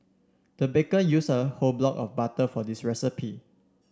the baker used a whole block of butter for this recipe